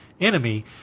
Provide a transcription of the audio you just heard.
enemy